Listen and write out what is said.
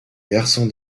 garçon